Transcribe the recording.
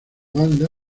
banda